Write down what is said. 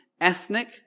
ethnic